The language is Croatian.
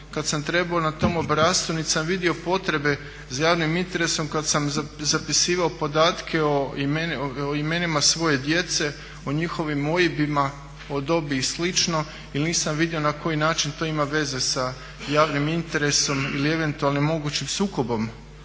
kada sam trebao na tom obrascu, niti sam vidio potrebe za javnim interesom kada sam zapisivao podatke o imenima svoje djece, o njihovim OIB-ima, o dobi i slično jer nisam vidio na koji način to ima veze sa javnim interesom ili eventualnim mogućim sukobom